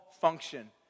function